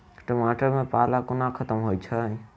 टमाटर मे पाला कोना खत्म होइ छै?